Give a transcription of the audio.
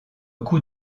coup